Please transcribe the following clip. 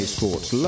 Sports